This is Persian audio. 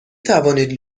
توانید